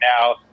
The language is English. now